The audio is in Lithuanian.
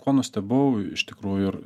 ko nustebau iš tikrųjų ir